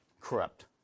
corrupt